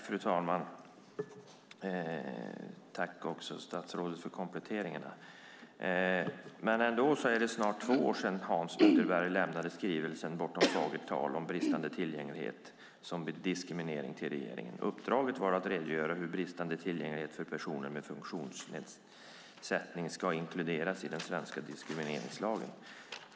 Fru talman! Tack, statsrådet, för kompletteringen! Det är ändå snart två år sedan Hans Ytterberg lämnade skrivelsen Bortom fagert tal - om bristande tillgänglighet som diskriminering till regeringen. Uppdraget var att redogöra för hur bristande tillgänglighet för personer med funktionsnedsättning ska inkluderas i den svenska diskrimineringslagen.